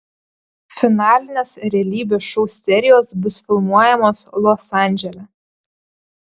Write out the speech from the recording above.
finalinės realybės šou serijos bus filmuojamos los andžele